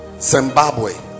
Zimbabwe